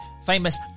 Famous